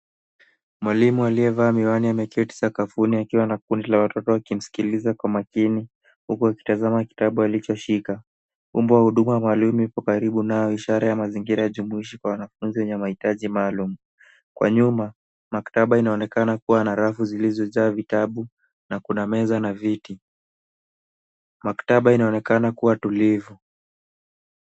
Mwalimu aliyevaa miwani ameketi sakafuni akiwa na kundi la watoto wakimsikiliza kwa makini huku akitazama kitabu alichoshika. Umbwa maalum ya hudumu iko karibu nao ishara ya mzingira jumuishi kwa wanafunzi wenye mahitaji maalum. Kwa nyuma maktaba inaonekana kuwa na rafu zilizojaa vitabu na kuna meza na viti. Maktaba inaonekana kuwa tulivu